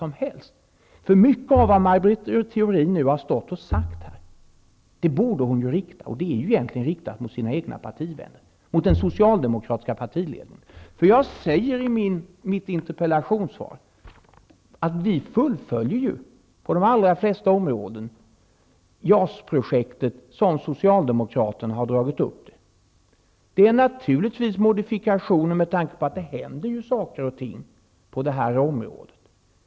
Mycket av det som Maj Britt Theorin har sagt här borde hon rikta, och har hon riktat, mot sina partivänner och den socialdemokratiska partiledningen. Jag säger i mitt interpellationssvar att den nuvarande regeringen fullföljer på de allra flesta områden JAS-projektet såsom Socialdemokraterna hade planerat det. Naturligtvis har det varit modifikationer med tanke på att det händer saker och ting på det här området.